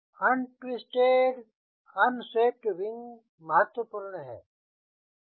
अन twisted unswept wing महत्वपूर्ण है